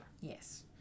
Yes